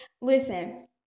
Listen